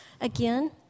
again